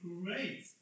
Great